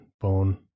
bone